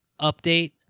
update